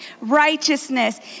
righteousness